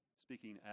speaking